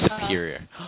superior